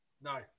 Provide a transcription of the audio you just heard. No